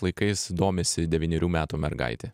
laikais domisi devynerių metų mergaitė